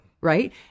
Right